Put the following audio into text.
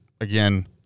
again